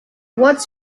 what’s